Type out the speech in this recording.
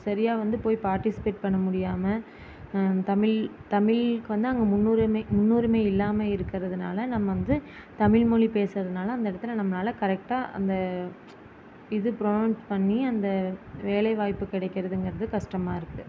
சரியாக வந்து போய் பார்டிசிபேட் பண்ண முடியாமல் தமிழ் தமிழுக்கு வந்து அங்கே முன்னுரிமை முன்னுரிமை இல்லாமல் இருக்கிறதுனால நம்ம வந்து தமிழ் மொழி பேசுகிறதுனால அந்த இடத்தில் நம்மனால் கரெக்ட்டாக அந்த இது புரொனவுன்ஸ் பண்ணி அந்த வேலை வாய்ப்பு கிடைக்கிறதுங்கிறது கஷ்டமா இருக்குது